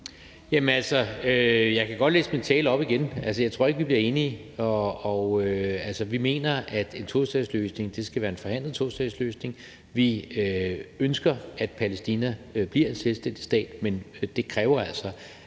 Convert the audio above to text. jeg kan godt læse min tale op igen. Jeg tror ikke, vi bliver enige. Vi mener, at en tostatsløsning skal være en forhandlet tostatsløsning. Vi ønsker, at Palæstina bliver en selvstændig stat, men det kræver altså,